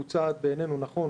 הוא צעד בעיננו נכון,